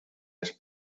las